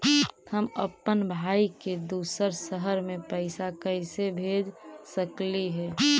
हम अप्पन भाई के दूसर शहर में पैसा कैसे भेज सकली हे?